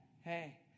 Hey